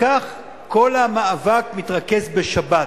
וכך כל המאבק מתרכז בשבת.